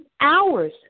hours